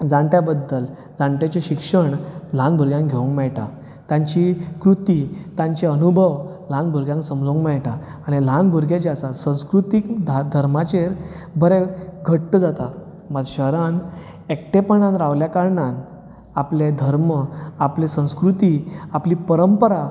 जाणट्या बद्दल जाणट्यांचें शिक्षण ल्हान भुरग्यांक घेवंक मेळटा तांची कृती तांचे अनुभव भुरग्यांक समजूंक मेळटा आनी ल्हान भुरगे जे आसात संस्कृतीक धर्माचेर बरे जातात घट्ट जातात शहरांत एकलेपणान राविल्ल्या कारणान आपलें धर्म आपलें संस्कृती आपली परंपरा